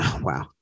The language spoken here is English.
Wow